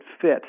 fit